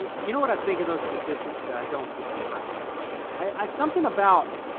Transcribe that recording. you know what i think of those statistics? that i don't give a crap about them. i, it's something about,